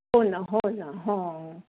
हो ना हो ना हो